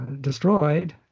destroyed